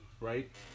right